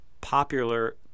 popular